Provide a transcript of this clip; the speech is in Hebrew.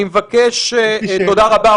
תודה רבה.